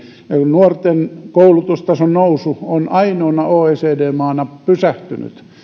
nuorten koulutustason nousu on ainoana oecd maana pysähtynyt